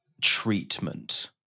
treatment